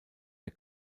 der